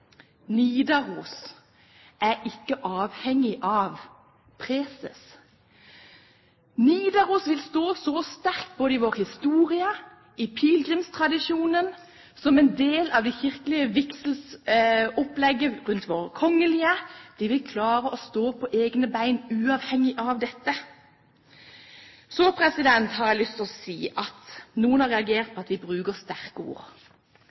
Nidaros er ikke avhengig av preses. Nidaros vil stå sterkt både i vår historie, i pilegrimstradisjonen og som en del av det kirkelige vigselsopplegget rundt våre kongelige. Man vil der klare å stå på egne ben uavhengig av dette. Så har jeg lyst til å si at noen har reagert på at vi bruker sterke